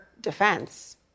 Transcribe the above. defense